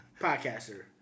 podcaster